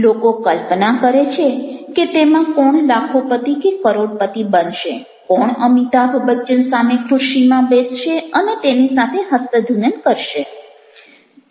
લોકો કલ્પના કરે છે કે તેમાં કોણ લાખોપતિ કે કરોડપતિ બનશે કોણ અમિતાભ બચ્ચન સામે ખુરશીમાં બેસશે અને તેની સાથે હસ્તધૂનન કરશે